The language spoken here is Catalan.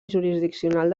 jurisdiccional